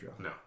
No